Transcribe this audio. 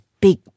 big